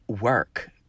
work